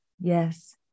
yes